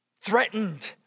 threatened